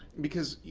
because, you